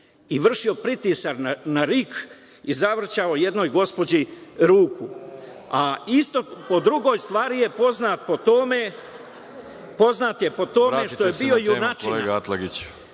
i vršio pritisak na RIK i zavrtao jednoj gospođi ruku, a isto po drugoj stvari je poznat po tome što je bio junačina…